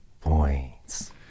points